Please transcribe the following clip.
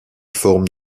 forme